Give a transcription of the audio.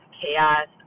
chaos